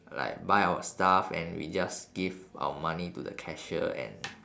like buy our stuff and we just give our money to the cashier and